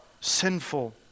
sinful